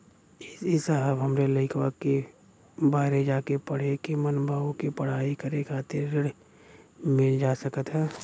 ए साहब हमरे लईकवा के बहरे जाके पढ़े क मन बा ओके पढ़ाई करे खातिर ऋण मिल जा सकत ह?